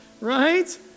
right